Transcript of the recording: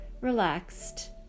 relaxed